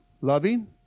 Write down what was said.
loving